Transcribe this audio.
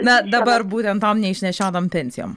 na dabar būtent tom neišnešiotom pensijom